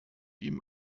ihm